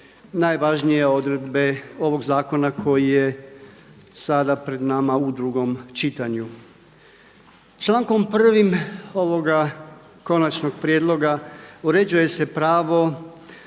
najvažnije odredbe ovog zakona koji je sada pred nama u drugom čitanju. Člankom 1. ovoga konačnog prijedloga uređuje se pravo